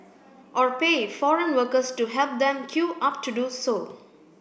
or pay foreign workers to help them queue up to do so